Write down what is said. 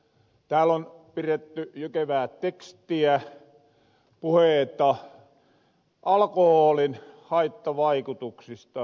tääl on piretty jykevää tekstiä puheita alkohoolin haittavaikutuksista